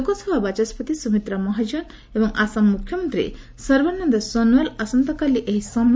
ଲୋକସଭା ବାଚସ୍ୱତି ସୁମିତ୍ରା ମହାଜନ ଏବଂ ଆସାମ ମୁଖ୍ୟମନ୍ତ୍ରୀ ସର୍ବାନନ୍ଦ ସୋନୱାଲ ଆସନ୍ତାକାଲି ଏହି ସମ୍ମିଳନୀରେ ଯୋଗଦେବେ